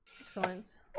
Excellent